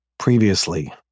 Previously